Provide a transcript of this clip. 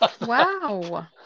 Wow